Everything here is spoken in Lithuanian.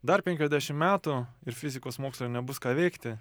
dar penkiasdešim metų ir fizikos moksle nebus ką veikti